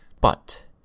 But